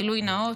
גילוי נאות.